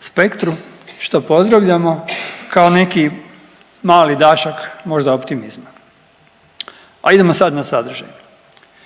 spektru što pozdravljamo kao neki mali dašak možda optimizma. A idemo sad na sadržaj.